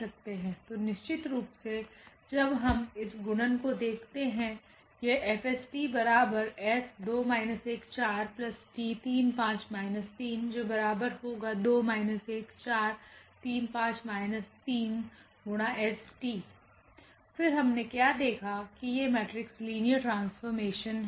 तो निश्चितरूप से जब हम इस गुणन को देखते है तो यह फिरहमने क्या देखा कि ये मेट्रिक्स लीनियर ट्रांसफॉर्मेशन हैं